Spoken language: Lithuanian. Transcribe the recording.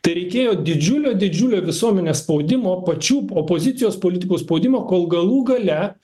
tai reikėjo didžiulio didžiulio visuomenės spaudimo pačių opozicijos politikų spaudimo kol galų gale